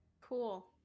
Cool